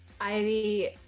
ivy